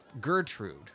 Gertrude